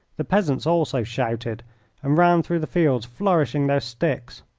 the peasants also shouted and ran through the fields flourishing their sticks.